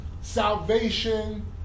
salvation